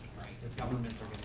cause governments are